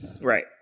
right